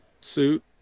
suit